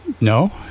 No